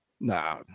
nah